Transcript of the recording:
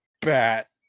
Bat